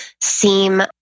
seem